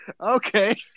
Okay